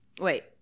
Wait